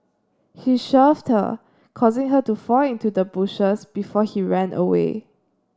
he shoved her causing her to fall into the bushes before he ran away